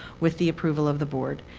with the approval of the board.